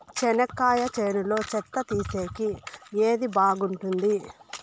చెనక్కాయ చేనులో చెత్త తీసేకి ఏది బాగుంటుంది?